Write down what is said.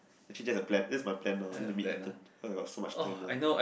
actually that the plan that's my plan now then can meet Ethan cause I got so much time now